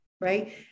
right